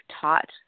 taught